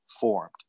formed